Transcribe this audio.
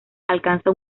alcanza